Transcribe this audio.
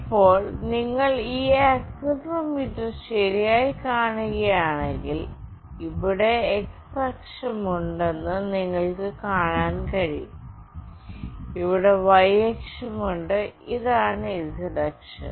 ഇപ്പോൾ നിങ്ങൾ ഈ ആക്സിലറോമീറ്റർ ശരിയായി കാണുകയാണെങ്കിൽ ഇവിടെ x അക്ഷം ഉണ്ടെന്ന് നിങ്ങൾക്ക് കാണാൻ കഴിയും ഇവിടെ y അക്ഷം ഉണ്ട് ഇതാണ് z അക്ഷം